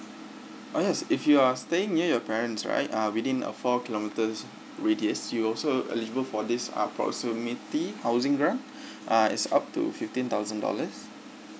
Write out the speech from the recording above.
uh yes if you are staying near your parents right uh within a four kilometers radius you also eligible for this uh proximity housing grant uh it's up to fifteen thousand dollars